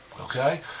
okay